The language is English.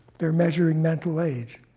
they're measuring mental age.